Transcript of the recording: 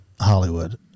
Hollywood